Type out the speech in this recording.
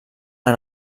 han